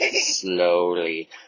Slowly